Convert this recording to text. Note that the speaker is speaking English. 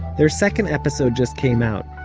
their second episode just came out,